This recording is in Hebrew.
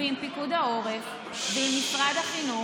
ועם פיקוד העורף ועם משרד החינוך,